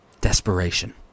desperation